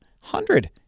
hundred